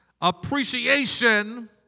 appreciation